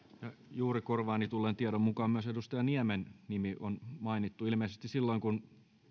juuri korvaani tulleen tiedon mukaan myös edustaja niemen nimi on mainittu ilmeisesti silloin kun